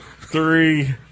three